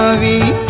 ah the